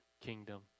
kingdom